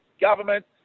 government